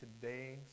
today